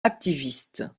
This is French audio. activiste